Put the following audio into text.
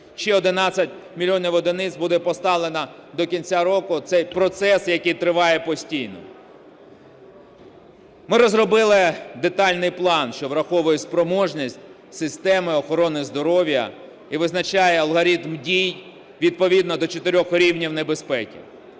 ще 11 мільйонів одиниць буде поставлено до кінця року. Це процес, який триває постійно. Ми розробили детальний план, що враховує спроможність системи охорони здоров'я і визначає алгоритм дій відповідно до чотирьох рівнів небезпеки.